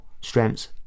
strengths